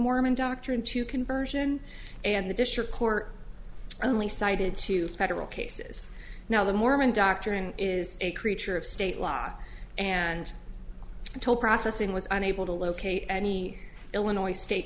mormon doctrine to conversion and the district court only cited two federal cases now the mormon doctrine is a creature of state law and until processing was unable to locate any illinois state